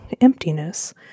emptiness